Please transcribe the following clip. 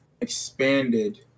expanded